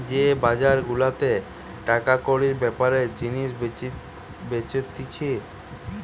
যে বাজার গুলাতে টাকা কড়ির বেপারে জিনিস বেচতিছে